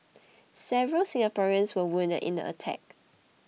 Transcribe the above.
several Singaporeans were wounded in the attack